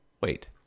wait